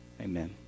Amen